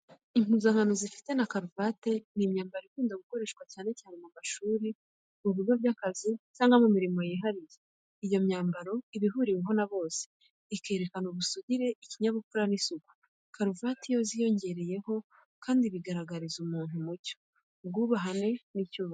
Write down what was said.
Impuzankano zifite na karuvate ni imyambaro ikunda gukoreshwa cyane mu mashuri, mu bigo by’akazi cyangwa mu mirimo yihariye. Iyo myambaro iba ihuriweho na bose, ikerekana ubusugire, ikinyabupfura n’isuku. Karuvate iyo ziyongeyeho kandi bigaragariza umuntu umucyo, ubwubahane n’icyubahiro.